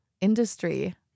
industry